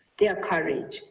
their courage,